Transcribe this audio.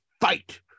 fight